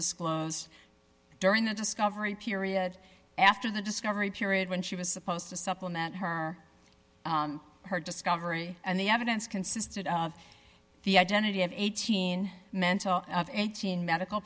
disclosed during the discovery period after the discovery period when she was supposed to supplement her hard discovery and the evidence consisted of the identity of eighteen mental eighteen medical